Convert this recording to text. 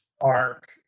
arc